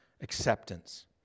acceptance